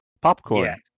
Popcorn